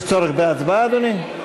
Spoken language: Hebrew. צורך בהצבעה, אדוני?